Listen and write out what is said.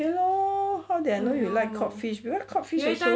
okay lor how did I know you like cod fish you like cod fish also